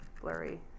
blurry